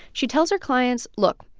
she tells her clients look.